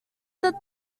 that